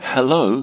Hello